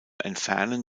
entfernen